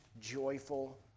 joyful